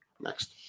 Next